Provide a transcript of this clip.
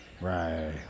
Right